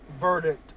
verdict